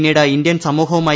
പിന്നീട് ഇന്ത്യൻ സമൂഹവുമായി ശ്രീ